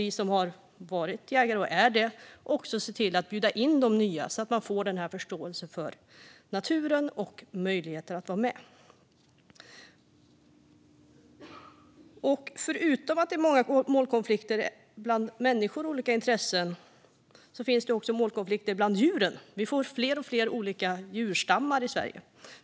Vi som har varit, och är, jägare ska bjuda in de nya så att de får förståelsen för naturen och kan vara med. Förutom att det finns många målkonflikter mellan människor och olika intressen finns också målkonflikter bland djuren. Det blir fler och fler olika djurstammar i Sverige.